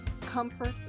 comfort